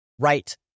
Right